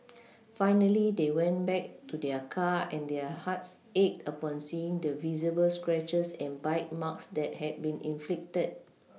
finally they went back to their car and their hearts ached upon seeing the visible scratches and bite marks that had been inflicted